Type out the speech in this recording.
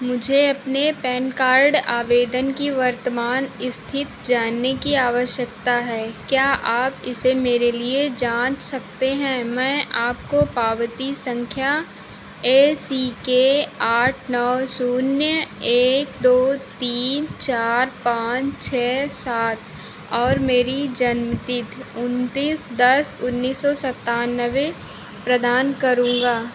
मुझे अपने PAN card आवेदन की वर्तमान स्थिति जानने की आवश्यकता है क्या आप इसे मेरे लिए जाँच सकते हैं मैं आपको पावती संख्या ए सी के आठ नौ शून्य एक दो तीन चार पाँच छः सात और मेरी जन्मतिथि उन्तीस दस उन्नीस सौ सत्तानवे प्रदान करूँगा